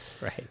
Right